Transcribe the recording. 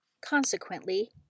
Consequently